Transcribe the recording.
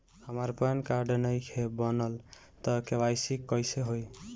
हमार PAN card नईखे बनल त के.वाइ.सी कइसे होई?